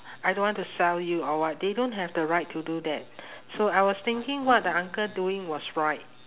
I don't want to sell you or what they don't have the right to do that so I was thinking what the uncle doing was right